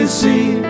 see